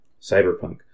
cyberpunk